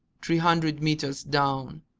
three hundred meters down.